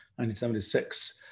1976